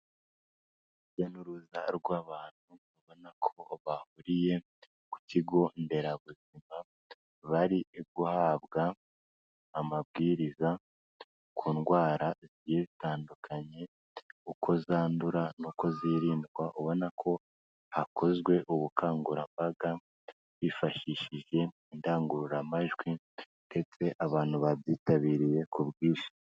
Urujya n'uruza rw'abantu ubona ko bahuriye ku kigo nderabuzima bari guhabwa amabwiriza ku ndwara zigiye zitandukanye uko zandura n'uko zirindwa ubona ko hakozwe ubukangurambaga bifashishije indangururamajwi ndetse abantu babyitabiriye ku bwinshi.